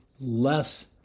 less